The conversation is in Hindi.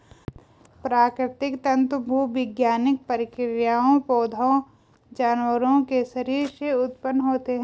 प्राकृतिक तंतु भूवैज्ञानिक प्रक्रियाओं, पौधों, जानवरों के शरीर से उत्पन्न होते हैं